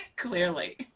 Clearly